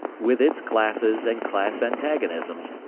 with its classes and class antagonisms,